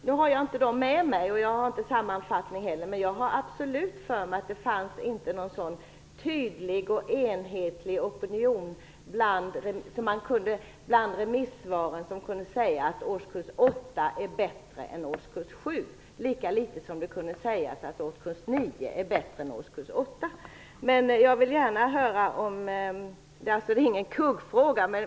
Nu har jag inte remissvaren eller sammanfattningen med mig, men jag har absolut för mig att det inte fanns någon tydlig och enhetlig opinion bland remissvaren för att det skulle vara bättre att införa betyg i årskurs 8 än i årskurs 7. Lika litet kunde det sägas att betyg i årskurs 9 var bättre än i årskurs 8. Detta är inte menat som en kuggfråga.